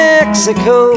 Mexico